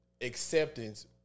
acceptance